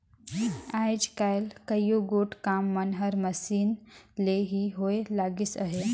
आएज काएल कइयो गोट काम मन हर मसीन ले ही होए लगिस अहे